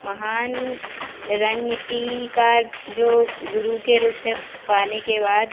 महान रणनीतिकार जो गुरू के रूप में पाने के बाद